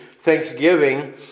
Thanksgiving